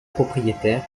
propriétaire